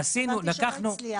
הבנתי שלא הצליח.